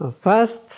first